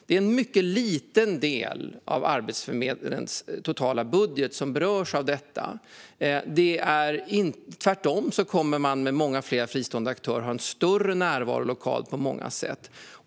Det är en mycket liten del av Arbetsförmedlingens totala budget som berörs av detta. Tvärtom kommer man med många fler fristående aktörer att ha större lokal närvaro på många sätt.